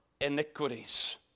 iniquities